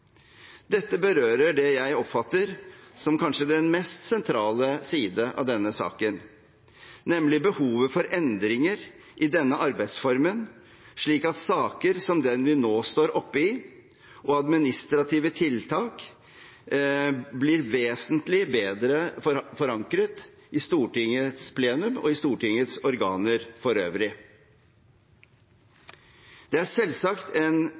Dette berører det jeg oppfatter som den kanskje mest sentrale siden av denne saken – nemlig behovet for endringer i denne arbeidsformen, slik at saker som den vi nå står oppe i, og administrative tiltak blir vesentlig bedre forankret i Stortingets plenum og i Stortingets organer for øvrig. Det er selvsagt en